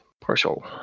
partial